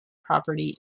property